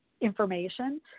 information